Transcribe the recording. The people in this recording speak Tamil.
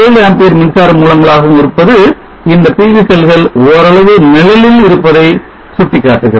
7 Amp மின்சார மூலங்களாகவும் இருப்பது இந்த PV செல்கள் ஓரளவு நிழலில் இருப்பதை சுட்டிக்காட்டுகிறது